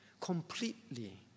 completely